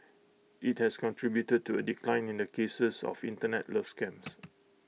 IT has contributed to A decline in the cases of Internet love scams